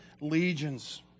legions